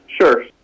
Sure